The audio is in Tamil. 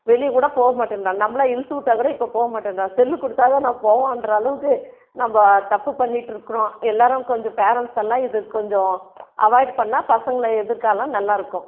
வெளியே கூட போக மாட்டேன்றாங்க நம்பளாக இழுத்துவிட்டா கூட இப்போ போக மாட்டேன்றாங்க செல்லு கொடுத்தாதான் நான் போவேன்ற அளவுக்கு நம்ப தப்பு பண்ணிகிட்டு இருக்கிறோம் எல்லோரும் கொஞ்சம் பேரண்ட்ஸ்ஸெல்லாம் இது கொஞ்சம் அவாயிட் பண்ணிணா பசங்கள் எதிர்காலம் நல்லாயிருக்கும்